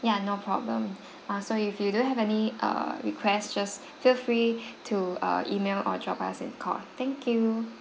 ya no problem uh so if you don't have any err request just feel free to err email or drop us a call thank you